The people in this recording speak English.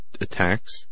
attacks